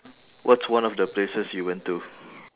what's one of the places you went to